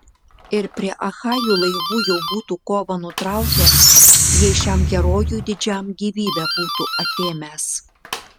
ir prie achajų laivų jau būtų kovą nutraukęs jei šiam herojui didžiam gyvybę būtų atėmęs